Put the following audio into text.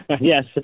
Yes